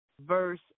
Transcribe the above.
verse